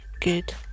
good